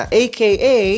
aka